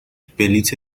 بلیت